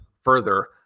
further